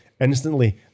instantly